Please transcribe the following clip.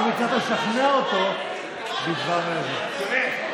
האם הצלחת לשכנע אותו בדבר, הוא מאוד משכנע.